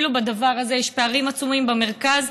ואפילו בדבר הזה יש פערים עצומים: במרכז